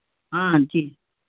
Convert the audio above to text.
ہاں جی